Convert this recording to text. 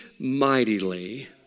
mightily